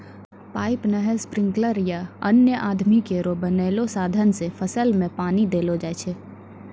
pipe, नहर, sprinkler या अन्य आदमी केरो बनैलो साधन सें फसल में पानी देलो जाय छै